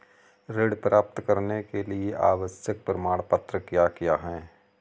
ऋण प्राप्त करने के लिए आवश्यक प्रमाण क्या क्या हैं?